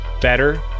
better